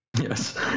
Yes